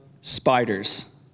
spiders